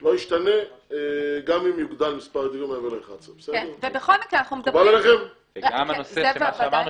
לא השתנה גם אם יוגדל --- וגם הנושא שמה שאמרנו,